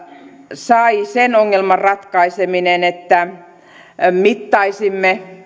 sai sen ongelman ratkaiseminen että mitattaisiin